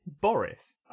Boris